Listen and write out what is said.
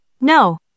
No